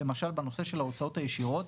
למשל בנושא של ההוצאות הישירות,